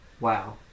wow